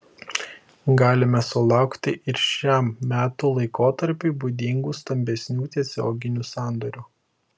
galime sulaukti ir šiam metų laikotarpiui būdingų stambesnių tiesioginių sandorių